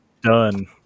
done